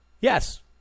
Yes